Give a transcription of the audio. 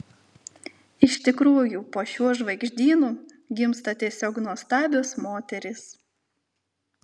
iš tikrųjų po šiuo žvaigždynu gimsta tiesiog nuostabios moterys